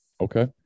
Okay